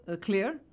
clear